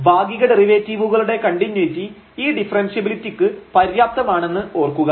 ഭാഗിക ഡെറിവേറ്റീവുകളുടെ കണ്ടിന്യൂയിറ്റി ഈ ഡിഫറെൻഷ്യബിലിറ്റിക്ക് പര്യാപ്തമാണെന്ന് ഓർക്കുക